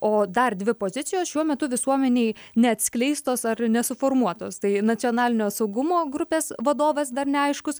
o dar dvi pozicijos šiuo metu visuomenei neatskleistos ar nesuformuotos tai nacionalinio saugumo grupės vadovas dar neaiškus